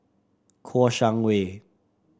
Kouo Shang Wei